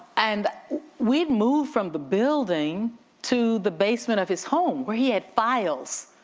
and we'd move from the building to the basement of his home where he had files.